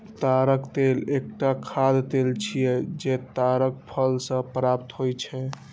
ताड़क तेल एकटा खाद्य तेल छियै, जे ताड़क फल सं प्राप्त होइ छै